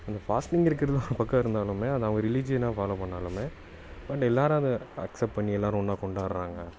அந்த ஃபாஸ்ட்னிங் இருக்கிறது ஒரு பக்கம் இருந்தாலுமே அதை அவங்க ரிலிஜியனாக ஃபாலோ பண்ணாலுமே பட் எல்லோரும் அதை அக்சப்ட் பண்ணி எல்லோரும் ஒன்றா கொண்டாடுறாங்க